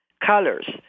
Colors